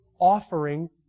offering